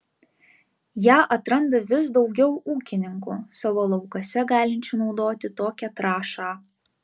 ją atranda vis daugiau ūkininkų savo laukuose galinčių naudoti tokią trąšą